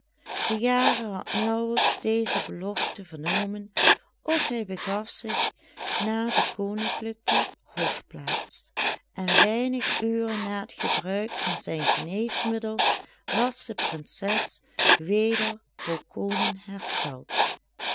de jager had naauwelijks deze belofte vernomen of hij begaf zich naar de koninklijke hofplaats en weinig uren na t gebruik van zijn geneesmiddel was de prinses weder volkomen hersteld